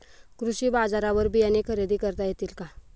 कृषी बाजारवर बियाणे खरेदी करता येतील का?